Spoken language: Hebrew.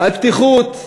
על פתיחות,